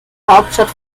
hauptstadt